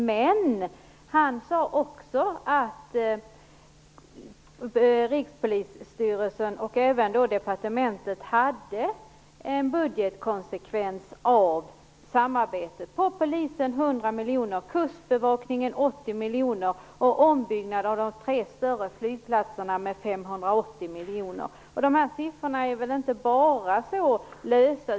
Men han sade också att Rikspolisstyrelsen och även departementet skulle få budgetkonsekvenser av samarbetet: för Polisen med 100 miljoner. Dessa siffror är väl inte helt lösa.